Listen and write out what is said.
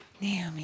Naomi